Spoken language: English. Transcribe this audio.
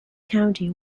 county